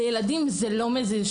לילדים זה לא מזיז,